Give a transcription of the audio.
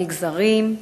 למגזרים,